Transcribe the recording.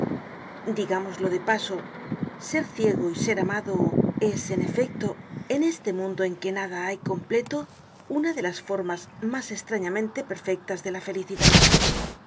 digámoslo de paso ser ciego y ser amado es en efecto en este mundo en que nada hay completo una de las formas mas estrañamente perfectas de la felicidad